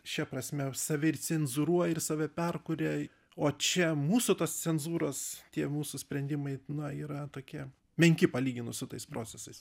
šia prasme save ir cenzūruoja ir save perkuria o čia mūsų tos cenzūros tie mūsų sprendimai na yra tokie menki palyginus su tais procesais